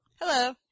Hello